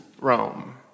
rome